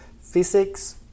physics